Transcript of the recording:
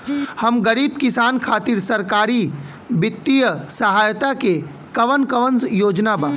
हम गरीब किसान खातिर सरकारी बितिय सहायता के कवन कवन योजना बा?